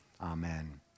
Amen